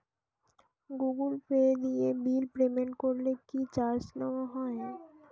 Google Pay দিয়ে bill payment করলে কি চার্জ নেওয়া হয়?